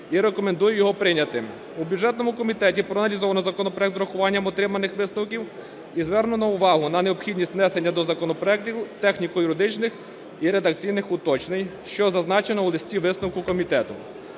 рекомендує його прийняти. В бюджетному комітеті проаналізовано законопроект з урахуванням отриманих висновків і звернено увагу на необхідність внесення до законопроектів техніко-юридичних і редакційних уточнень, що зазначено у листі-висновку комітету.